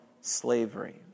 slavery